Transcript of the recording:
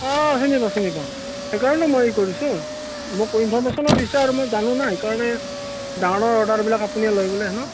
অঁ চিনি পাওঁ চিনি পাওঁ সেইকাৰণে মই এই কৰিছোঁ মোক ইনফৰমেশ্যনো দিছে আৰু মই জানো নাই সেইকাৰণে ডাঙৰ অৰ্ডাৰবিলাক আপুনি লৈ